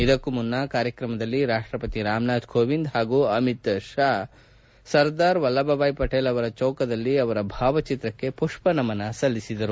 ಇದಕ್ಕೂ ಮುನ್ನ ಕಾರ್ಯಕ್ರಮದಲ್ಲಿ ರಾಷ್ವಪತಿ ರಾಮನಾಥ್ ಕೋವಿಂದ್ ಹಾಗೂ ಅಮಿತ್ ಶಾ ಅವರು ಸರ್ದಾರ್ ವಲ್ಲಭಬಾಯ್ ಪಟೇಲ್ ಚೌಕದಲ್ಲಿ ಅವರ ಭಾವಚಿತ್ರಕ್ಕೆ ಪುಷ್ಪ ನಮನ ಸಲ್ಲಿಸಿದರು